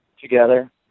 together